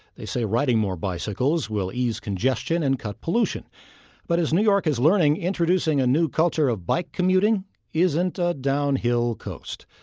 they say riding more bicycles will ease congestion and cut pollution but as new york is learning, introducing a new culture of bike commuting isn't a downhill coast.